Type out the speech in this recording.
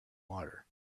water